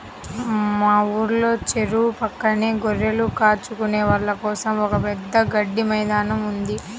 మా ఊర్లో చెరువు పక్కనే గొర్రెలు కాచుకునే వాళ్ళ కోసం ఒక పెద్ద గడ్డి మైదానం ఉంది